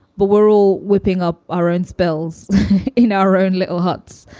but we're all whipping up our own spells in our own little huts.